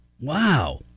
Wow